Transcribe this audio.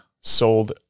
sold